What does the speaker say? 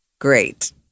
Great